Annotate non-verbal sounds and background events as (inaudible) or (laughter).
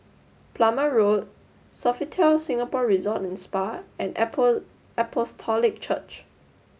Plumer Road Sofitel Singapore Resort and Spa and (unintelligible) Apostolic Church